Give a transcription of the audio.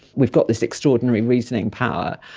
we've got this extraordinary reasoning power.